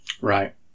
Right